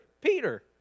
Peter